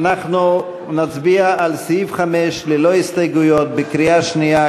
אנחנו נצביע על סעיף 5 ללא הסתייגויות בקריאה שנייה,